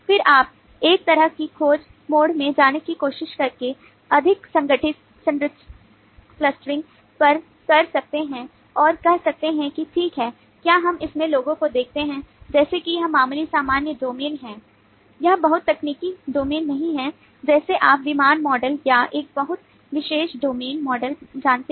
फिर आप एक तरह की खोज मोड में जाने की कोशिश करके अधिक संगठित संरचित क्लस्टरिंग मॉडल जानते हैं